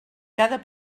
cada